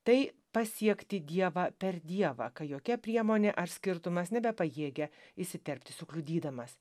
tai pasiekti dievą per dievą kai jokia priemonė ar skirtumas nebepajėgia įsiterpti sukliudydamas